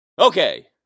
Okay